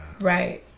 Right